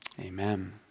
amen